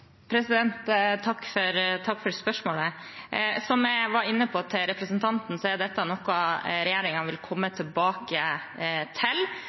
Takk for spørsmålet. Som jeg var inne på til representanten, er dette noe regjeringen vil komme tilbake til.